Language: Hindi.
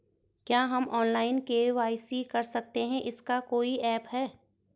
क्या हम ऑनलाइन के.वाई.सी कर सकते हैं इसका कोई ऐप है?